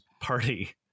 party